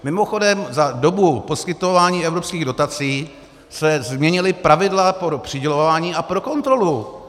Mimochodem za dobu poskytování evropských dotací se změnila pravidla pro přidělování a pro kontrolu.